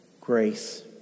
grace